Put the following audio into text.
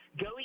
Go